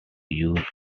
used